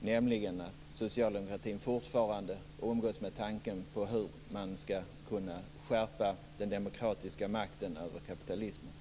nämligen detta att socialdemokratin fortfarande umgås med tankar på hur man skall kunna skärpa den demokratiska makten över kapitalismen.